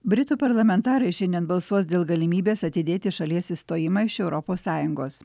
britų parlamentarai šiandien balsuos dėl galimybės atidėti šalies išstojimą iš europos sąjungos